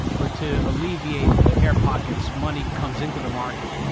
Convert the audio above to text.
or to alleviate the air pockets, money comes into the market,